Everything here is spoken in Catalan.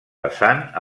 vessant